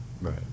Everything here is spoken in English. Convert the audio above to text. Right